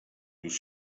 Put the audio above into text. już